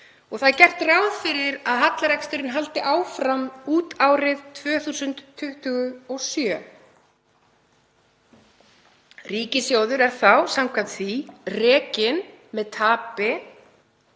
og gert er ráð fyrir að hallareksturinn haldi áfram út árið 2027. Ríkissjóður er þá samkvæmt því rekinn með tapi